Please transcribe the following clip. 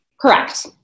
Correct